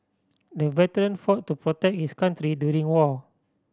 the veteran fought to protect his country during the war